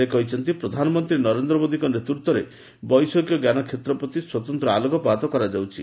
ସେ କହିଛନ୍ତି ପ୍ରଧାନମନ୍ତ୍ରୀ ନରେନ୍ଦ୍ର ମୋଦୀଙ୍କ ନେତୃତ୍ୱରେ ବୈଷୟିକ ଞ୍ଜାନ କ୍ଷେତ୍ର ପ୍ରତି ସ୍ୱତନ୍ତ୍ର ଆଲୋକପାତ କରାଯାଉଛି